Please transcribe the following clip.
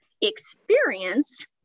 experience